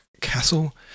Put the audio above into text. Castle